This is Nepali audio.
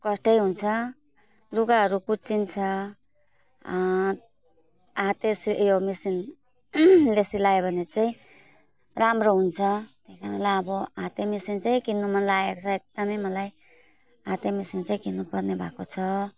कष्ट हुन्छ लुगाहरू कुच्चिन्छ हातले सिलायो उयो मेसिन ले सिलायो भने चाहिँ राम्रो हुन्छ त्यही कारणले अब हाते मेसिन चाहिँ किन्नु मन लागेको छ एकदम मलाई हाते मेसिन चाहिँ किन्नु पर्ने भएको छ